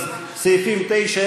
אז סעיפים 9,